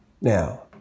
Now